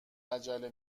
عجله